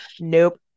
Nope